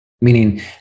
meaning